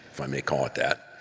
if i may call it that,